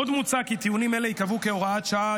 עוד מוצע כי טיעונים אלה ייקבעו כהוראת שעה,